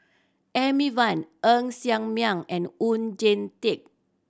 Amy Van Ng Ser Miang and Oon Jin Teik